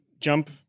jump